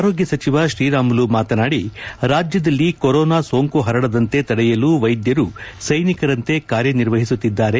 ಆರೋಗ್ಯ ಸಚಿವ ಶ್ರೀರಾಮುಲು ಮಾತನಾಡಿ ರಾಜ್ಯದಲ್ಲಿ ಕೊರೋನಾ ಸೋಂಕು ಪರಡದಂತೆ ತಡೆಯಲು ವೈದ್ಯರು ಸೈನಿಕರಂತೆ ಕಾರ್ಯ ನಿರ್ವಹಿಸುತ್ತಿದ್ದಾರೆ